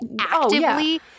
actively